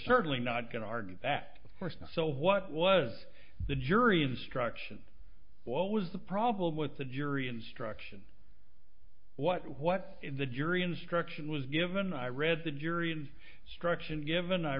certainly not going to argue that of course not so what was the jury instruction what was the problem with the jury instruction what what the jury instruction was given i read the jury and struction given i